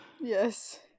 Yes